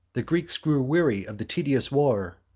the greeks grew weary of the tedious war,